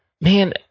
man